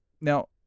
Now